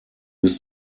bis